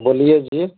बोलिए जी